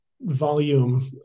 volume